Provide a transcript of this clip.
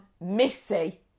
Missy